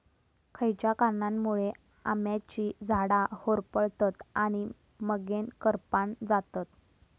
खयच्या कारणांमुळे आम्याची झाडा होरपळतत आणि मगेन करपान जातत?